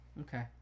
Okay